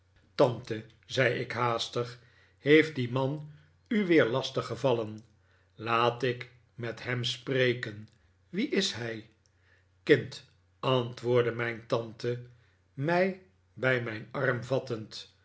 tante zei ik haastig heeft die man u weer lastig gevallen laat ik met hem spreken wie is hij kind antwoordde mijn tante mij bij mijn arm vattend